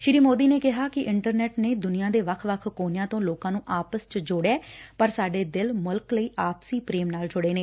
ਸ੍ੀ ਸੋਦੀ ਨੇ ਕਿਹਾ ਕਿ ਇੰਟਰਨੈਟ ਨੇ ਦੁਨੀਆਂ ਦੇ ਵੱਖ ਵੱਖ ਕੋਨਿਆਂ ਤੋਂ ਲੋਕਾਂ ਨੂੰ ਆਪਸ ਚ ਜੋੜਿਐ ਪਰ ਸਾਡੇ ਦਿਲ ਮੁਲਕ ਲਈ ਆਪਸੀ ਪ੍ਰੇਮ ਨਾਲ ਚੁੜੇ ਨੇ